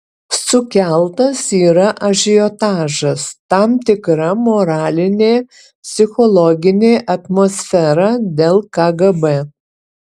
sukeltas yra ažiotažas tam tikra moralinė psichologinė atmosfera dėl kgb